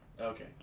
Okay